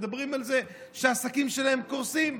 מדברים על זה שהעסקים שלהם קורסים.